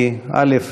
כי, א.